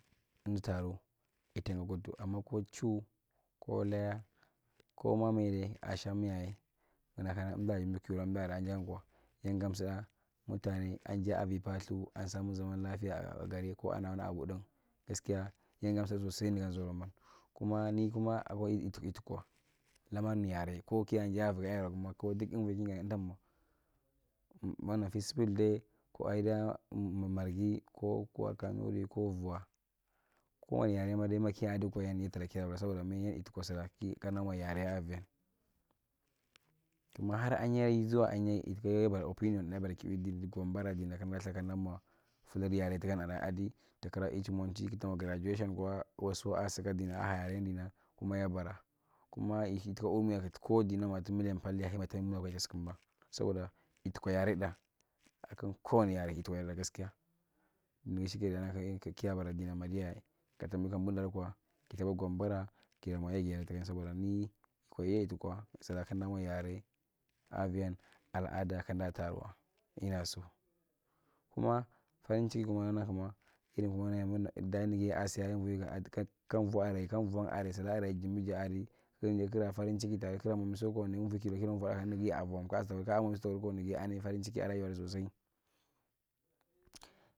Emdu tu taru ita nu kuttu ama ko chu, ko laya komaa maede asham yaye gina kana emdu jimji ki wula emdu ara njain kwa yangan suda mutaanae anjaa vi paalthu an samu jaman lafia agari ko ana wani abu nding gaskiya yangam msudae sosai ngan zauro kuma ni kuma ni kuma abun it itukwa lamar nir yare ko kianjaa vigi a yeswa guma ku unvi ki gaadi kana umta mwa man of peaceful day ko eadaa margi ko kanuri ko vwa ko wani yaredae ma de ma kiaadi kwa yan itukwa sura kan da mwa yare avian tina ahinyae har zuwa ahanyaye ituka yabara opinion ki wi dik gombara dina kam daa ltha kam daa mwa furil yare tuka aray adi takira echi monti kandaa mwa girraduation kwae waiso aasi tika dina aha yare dina kuma yabara kumo ihi tu omo’ya koo dinan ma ti milian palth yaye ma ma taambi na ita sukumba saboda itukwa yare tda akang ko wane yare itikwa yaretda giskia nigi shinai dalili kiya bara dina ma’diaye ka tambi bundaale kwa ti lthaba gombara ki laamwa yagian tukan saboda mi yikwa yen itikwa sura kandamwa yare avian alaada kanda’a taruwa ina so. Kuma farin chiki kuma wanang kuma ka vwa kang vwang aray sula’a aray jimjaadi kigiae kig laamwa farimchiki dayi kigrāmwa misōkwa nigi invwira ki nu kana kigi vwatda nigi ya’a vom ka’a shawari kaa mwamiso takir kwa nigi a nai farinchiki alai sosai.